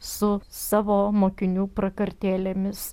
su savo mokinių prakartėlėmis